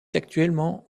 actuellement